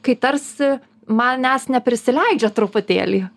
kai tarsi manęs neprisileidžia truputėlį